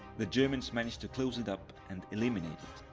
the germans managed to close it up and eliminate